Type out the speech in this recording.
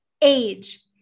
age